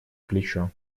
плечо